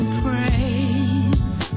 praise